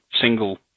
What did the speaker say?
single